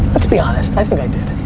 let's be honest, i think i did.